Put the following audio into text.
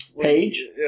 Page